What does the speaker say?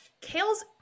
Kale's